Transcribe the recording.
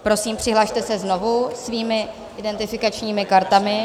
Prosím, přihlaste se znovu svými identifikačními kartami.